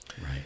Right